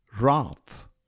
Wrath